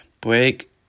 Break